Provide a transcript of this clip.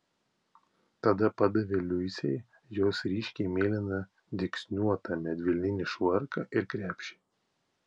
tada padavė liusei jos ryškiai mėlyną dygsniuotą medvilninį švarką ir krepšį